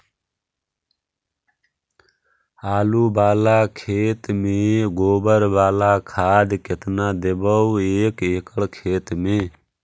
आलु बाला खेत मे गोबर बाला खाद केतना देबै एक एकड़ खेत में?